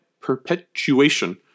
perpetuation